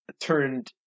Turned